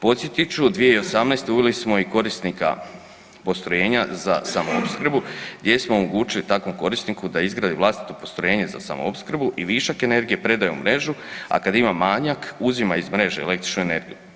Podsjetit ću, 2018. uveli smo i korisnika postrojenja za samoopskrbu gdje smo omogućili takvom korisniku da izgradi vlastito postrojenje za samoopskrbu i višak energije predaje u mrežu, a kad ima manjak, uzima iz mreže elektroničnu energiju.